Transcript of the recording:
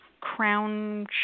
crown